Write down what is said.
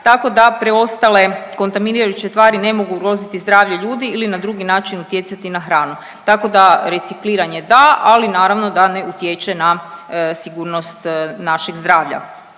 tako da preostale kontaminirajuće tvari ne mogu ugroziti zdravlje ljudi ili na drugi način utjecati na hranu, tako da, recikliranje, da, ali naravno da ne utječe na sigurnost našeg zdravlja.